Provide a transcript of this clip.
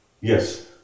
yes